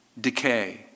Decay